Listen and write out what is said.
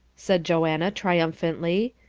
said joanna, triumphantly.